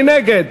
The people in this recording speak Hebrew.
מי נגד?